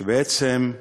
בעצם,